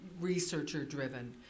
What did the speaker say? researcher-driven